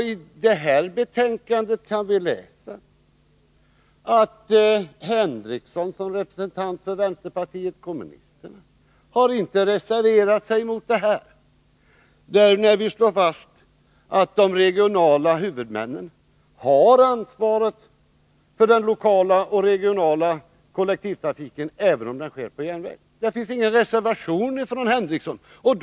I detta betänkande kan vi se att Sven Henricsson som representant för vänsterpartiet kommunisterna inte har reserverat sig mot att utskottet slår fast att de regionala huvudmännen har ansvaret för den lokala och regionala kollektivtrafiken, även om den sker på järnväg. Det finns ingen reservation från Sven Henricsson på den punkten.